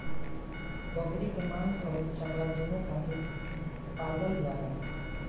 बकरी के मांस अउरी चमड़ा दूनो खातिर पालल जाला